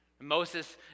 Moses